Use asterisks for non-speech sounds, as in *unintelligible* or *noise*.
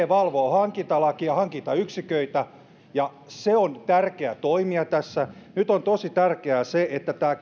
*unintelligible* valvoo hankintalakia hankintayksiköitä ja se on tärkeä toimija tässä ja yksi missä on petrattavaa ja mikä on tosi tärkeää on nyt se että tämä *unintelligible*